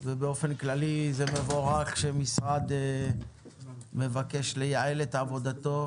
באופן כללי זה מבורך שמשרד מבקש ליעל את עבודתו,